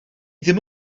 ddim